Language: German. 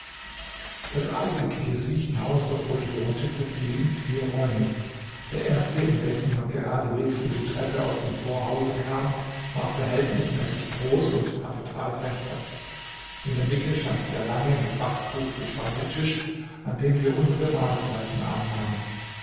das eigentliche siechenhaus dort wo ich wohnte zerfiel in vier räume der erste in welchen man geradewegs über die treppe aus dem vorhause kam war verhältnismäßig groß und hatte drei fenster in der mitte stand der lange mit wachstuch bespannte tisch an dem wir unsere mahlzeiten einnahmen